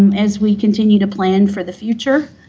um as we continue to plan for the future,